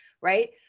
right